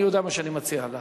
אני יודע מה אני מציע לה.